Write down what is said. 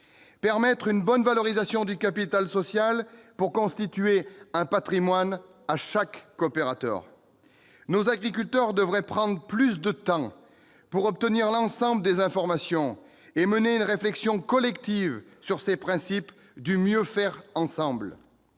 permettre une bonne valorisation du capital social pour constituer un patrimoine à chaque coopérateur. Nos agriculteurs devraient prendre plus de temps pour recueillir l'ensemble des informations et mener une réflexion collective sur ces principes du mieux faire ensemble.